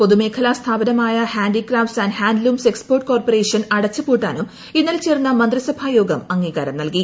പൊതുമേഖലാ സ്ഥാപനമായ handicrafts and handlooms export corporation അടച്ചുപൂട്ടാനും ഇന്നലെ ചേർന്ന മന്ത്രിസഭ യോഗം അംഗീകാരം നൽകി